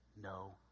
no